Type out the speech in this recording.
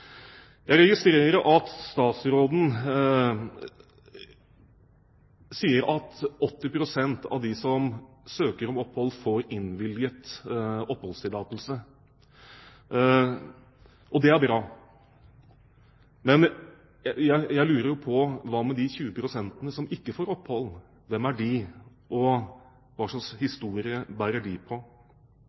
Jeg registrerer at statsråden sier at 80 pst. av dem som søker om opphold, får innvilget oppholdstillatelse. Det er bra. Men jeg lurer jo på: Hva med de 20 pst. som ikke får opphold? Hvem er de, og hva slags historie